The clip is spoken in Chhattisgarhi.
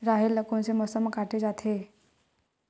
राहेर ल कोन से मौसम म काटे जाथे?